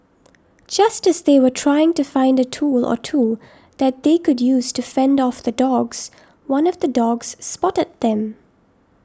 just as they were trying to find a tool or two that they could use to fend off the dogs one of the dogs spotted them